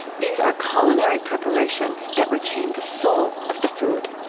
these are culinary preparations that retain the soul of the food.